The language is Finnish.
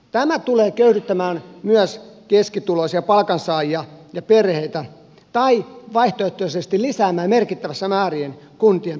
tämä tulee köyhdyttämään myös keskituloisia palkansaajia ja perheitä tai vaihtoehtoisesti lisäämään merkittävässä määrin kuntien päivähoitokustannuksia